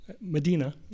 Medina